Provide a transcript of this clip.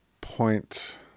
point